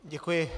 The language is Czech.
Děkuji.